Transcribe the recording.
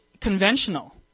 conventional